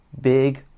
big